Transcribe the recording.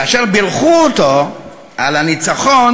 כאשר בירכו אותו על הניצחון,